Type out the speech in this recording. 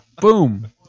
Boom